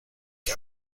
que